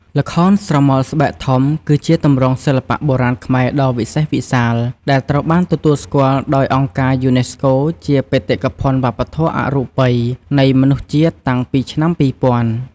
ល្ខោនស្រមោលស្បែកធំ គឺជាទម្រង់សិល្បៈបុរាណខ្មែរដ៏វិសេសវិសាល ដែលត្រូវបានទទួលស្គាល់ដោយអង្គការយូណេស្កូជាបេតិកភណ្ឌវប្បធម៌អរូបីនៃមនុស្សជាតិតាំងពីឆ្នាំ ២០០០។